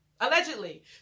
Allegedly